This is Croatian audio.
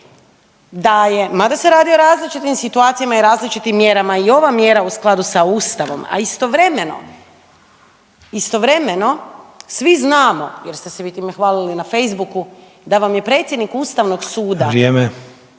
da je, mada se radi o različitim situacijama i različitim mjerama i ova mjera u skladu sa Ustavom, a istovremeno svi znamo jer ste se vi time hvalili na Facebooku, da vam je predsjednik Ustavnog suda